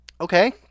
Okay